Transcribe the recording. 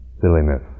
silliness